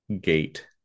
gate